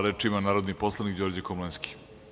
Reč ima narodni poslanik Đorđe Komlenski.